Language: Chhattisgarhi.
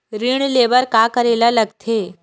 ऋण ले बर का करे ला लगथे?